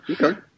Okay